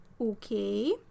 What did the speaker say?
Okay